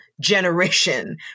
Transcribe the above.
generation